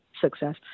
success